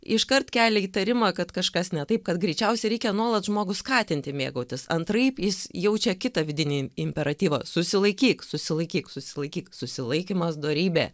iškart kelia įtarimą kad kažkas ne taip kad greičiausiai reikia nuolat žmogų skatinti mėgautis antraip jis jaučia kitą vidinį imperatyvą susilaikyk susilaikyk susilaikyk susilaikymas dorybė